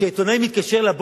שעיתונאי מתקשר אליו,